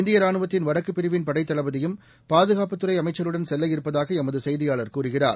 இந்தியராணுவத்தின் வடக்குப் பிரிவின் படைத் தளபதியும் பாதுகாப்புத் துறைஅமைச்சருடன் செல்லவிருப்பதாகஎமதுசெய்தியாளர் கூறுகிறார்